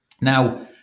Now